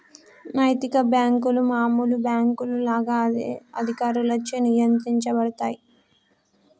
నైతిక బ్యేంకులు మామూలు బ్యేంకుల లాగా అదే అధికారులచే నియంత్రించబడతయ్